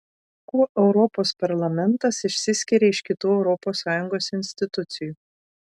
kuo europos parlamentas išsiskiria iš kitų europos sąjungos institucijų